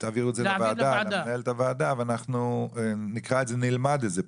תעבירו את זה למנהלת הוועדה ואנחנו נלמד את זה,